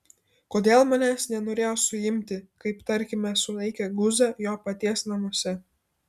kodėl manęs nenorėjo suimti kaip tarkime sulaikė guzą jo paties namuose